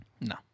No